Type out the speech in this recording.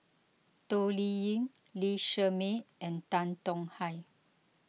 Toh Liying Lee Shermay and Tan Tong Hye